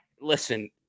listen